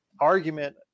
argument